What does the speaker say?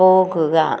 പോകുക